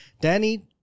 Danny